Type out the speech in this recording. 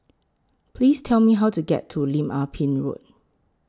Please Tell Me How to get to Lim Ah Pin Road